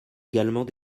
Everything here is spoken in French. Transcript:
également